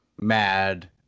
mad